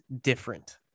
different